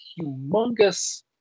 humongous